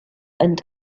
and